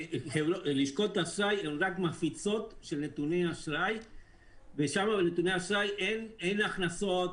לשכות ה- -- רק מפיצות של נתוני אשראי ושם בנתוני אשראי אין הכנסות,